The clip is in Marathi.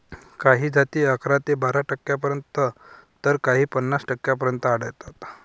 काही जाती अकरा ते बारा टक्क्यांपर्यंत तर काही पन्नास टक्क्यांपर्यंत आढळतात